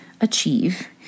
Achieve